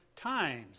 times